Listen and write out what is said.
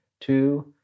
two